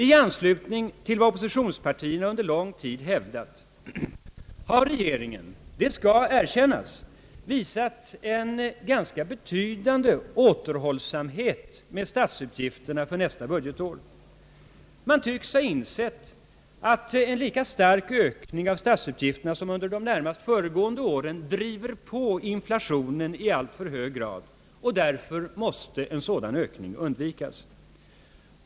I anslutning till vad oppositionspartierna under lång tid hävdat har regeringen — det skall erkännas — visat en betydande återhållsamhet med statsutgifterna för nästa budgetår. Man tycks ha insett att en lika stark ökning av statsutgifterna som under de närmast föregående åren driver på inflationen i alltför hög grad och därför måste undvikas.